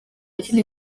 kindi